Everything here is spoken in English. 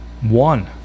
one